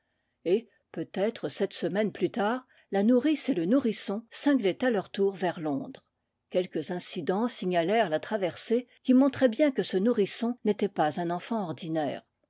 et peut-être sept semaines plus tard la nourrice et le nourrisson cinglaient à leur tour vers londres quelques incidents signalèrent la traversée qui montraient bien que ce nourrisson n'était pas un enfant ordinaire